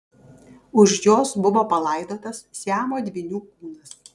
už jos buvo palaidotas siamo dvynių kūnas